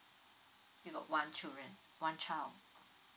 you got one children one child